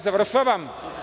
Završavam.